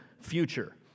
future